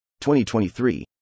2023